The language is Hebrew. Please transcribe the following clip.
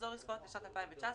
מחזור עסקאות לשנת 2019,